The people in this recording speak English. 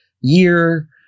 year